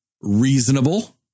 reasonable